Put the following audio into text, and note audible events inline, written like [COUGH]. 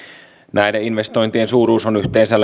näiden investointien suuruus on yhteensä [UNINTELLIGIBLE]